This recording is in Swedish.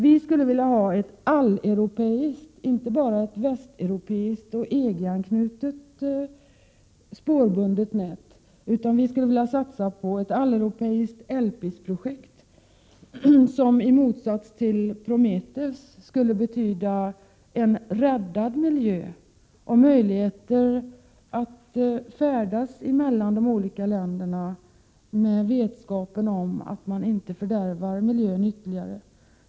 Vi skulle vilja ha ett alleuropeiskt nät, inte bara ett västeuropeiskt och EG-anknutet spårbundet nät. Vi vill satsa på ett alleuropeiskt ELPIS-projekt, som i motsats till Prometheus skulle betyda en räddad miljö och möjligheter att färdas mellan de olika länderna med vetskap om att man inte fördärvar miljön ytterligare.